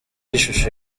ishusho